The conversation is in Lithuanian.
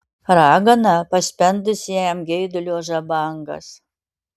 ragana paspendusi jam geidulio žabangas